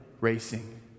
racing